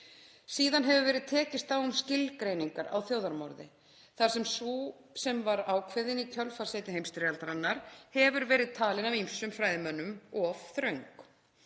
Síðan hefur verið tekist á um skilgreiningar á þjóðarmorði þar sem sú sem var ákveðin í kjölfar seinni heimsstyrjaldarinnar hefur verið talin af ýmsum fræðimönnum of þröng.